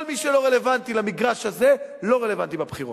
כל מי שלא רלוונטי למגרש הזה, לא רלוונטי בבחירות.